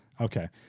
Okay